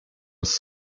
was